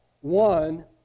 One